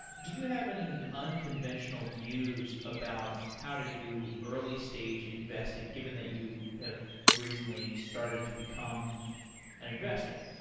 do you have any unconventional views about how to do early stage investing given that you have recently started to become an investor?